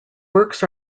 works